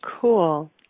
Cool